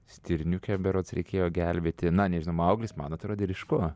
stirniukę berods reikėjo gelbėti na nežinau mauglis man atrodė ryšku